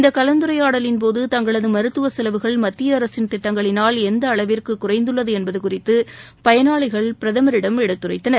இந்த கலந்துரையாடலின் போது தங்களது மருத்துவ செலவுகள் மத்திய அரசின் திட்டங்களினால் எந்த அளவிற்கு குறைந்துள்ளது என்பது குறித்து பயனாளிகள் பிரதமரிடம் எடுத்துரைத்தனர்